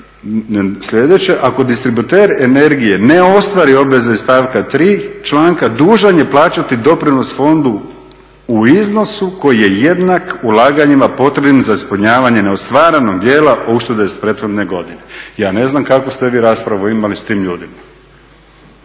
sljedeće, ako distributer energije ne ostvari obveze iz stavka 3. dužan je plaćati doprinos fondu u iznosu koji je jednak ulaganjima potrebnim za ispunjavanje neostvarenog dijela uštede iz prethodne godine. Ja ne znam kakvu ste vi raspravu imali s tim ljudima,